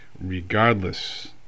regardless